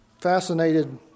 fascinated